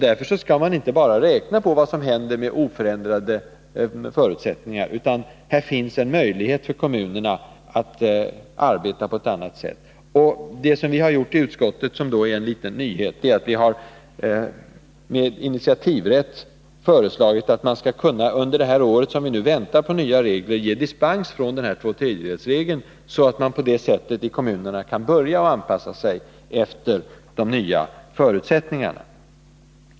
Därför skall man inte bara räkna med vad som händer vid oförändrade förutsättningar. Här finns en möjlighet för kommunerna att arbeta på ett annat sätt. I utskottet har vi, och det är en liten nyhet, föreslagit att man under det här året, då man väntar på nya regler, med initiativrätt skall kunna ge dispens från tvåtredjedelsregeln, så att kommunerna på det sättet kan börja att anpassa sig efter nya förutsättningar.